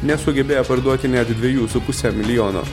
nesugebėję parduoti net dviejų su puse milijono